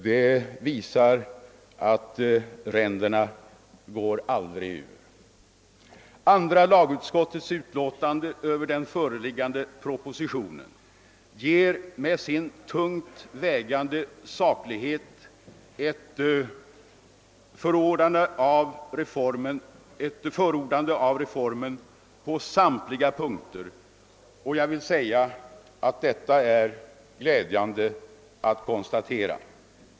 Den visar att »ränderna går aldrig ur». Andra lagutskottets utlåtande över den föreliggande propositionen ger med sin tungt vägande saklighet ett förordande av reformen på samtliga punkter, och jag vill säga att detta är glädjande att konstatera.